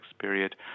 period